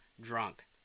drunk